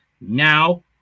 now